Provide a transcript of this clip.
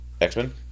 X-Men